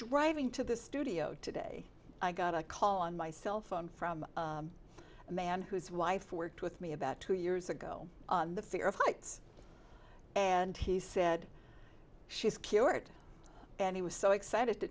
driving to the studio today i got a call on my cell phone from a man whose wife worked with me about two years ago the fear of heights and he said she's cured and he was so excited to